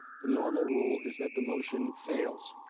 the normal rule is that the motion fails.